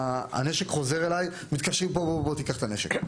התקשרו ואמרו לי לבוא לקחת את הנשק.